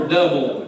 double